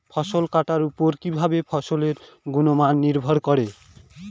ফসল কাটার উপর কিভাবে ফসলের গুণমান নির্ভর করে?